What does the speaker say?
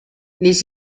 les